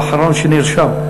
הוא האחרון שנרשם,